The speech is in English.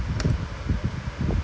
I don't know my parents allow lah